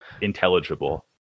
intelligible